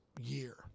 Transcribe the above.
year